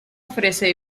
ofrece